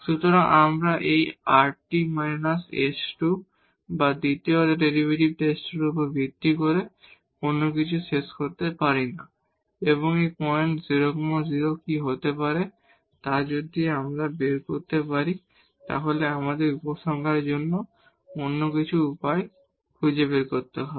সুতরাং আমরা এই rt s2 বা দ্বিতীয় অর্ডার ডেরিভেটিভ টেস্টের উপর ভিত্তি করে কোন কিছু শেষ করতে পারি না এবং এই পয়েন্ট 0 0 কি হতে পারে তা যদি আমরা করতে পারি তাহলে আমাদের উপসংহারের জন্য অন্য কিছু উপায় খুঁজে বের করতে হবে